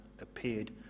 appeared